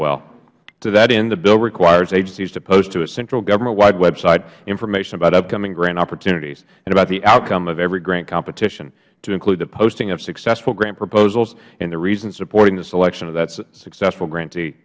well to that end the bill requires agencies to post to a central government wide website information about upcoming grant opportunities and about the outcome of every grant competition to including the posting of successful grant proposals and the reasons supporting the selection of that successful grant